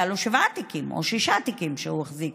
היו לו שבעה תיקים או שישה תיקים שהוא החזיק.